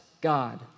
God